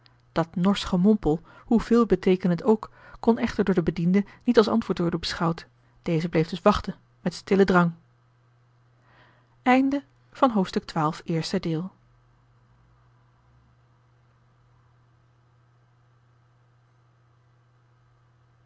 dat norsch gemompel hoe veelbeteekenend ook kon echter door den bediende niet als antwoord worden beschouwd deze bleef dus wachten met stillen drang